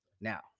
Now